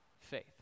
faith